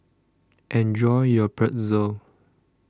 Enjoy your Pretzel